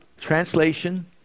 translation